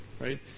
right